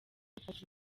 akazi